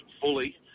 fully